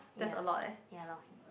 ya ya lor